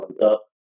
up